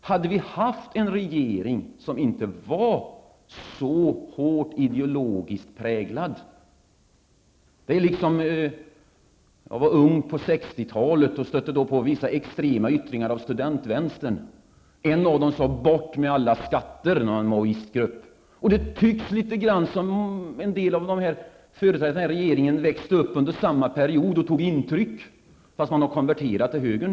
Jag var ung på 60-talet och stötte då på vissa extrema yttringar inom studentvänstern. Någon i en maoistgrupp sade: Bort med alla skatter! Det tycks nästan som om en del av företrädarna för regeringen växte upp under samma period och tog intryck, fast de nu har konverterat till höger.